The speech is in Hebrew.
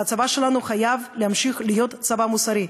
והצבא שלנו חייב להמשיך להיות צבא מוסרי,